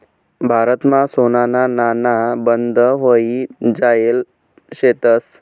भारतमा सोनाना नाणा बंद व्हयी जायेल शेतंस